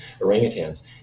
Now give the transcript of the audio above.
orangutans